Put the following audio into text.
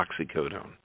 oxycodone